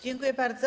Dziękuję bardzo.